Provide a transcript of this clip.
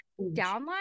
downline